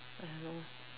I don't know